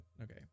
okay